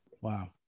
wow